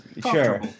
Sure